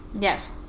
Yes